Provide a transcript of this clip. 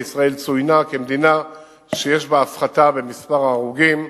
וישראל צוינה כמדינה שיש בה הפחתה במספר ההרוגים.